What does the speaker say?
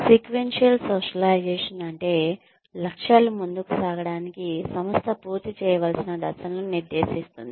sequential socialization అంటే లక్ష్యాలు ముందుకు సాగడానికి సంస్థ పూర్తి చేయవలసిన దశలను నిర్దేశిస్తుంది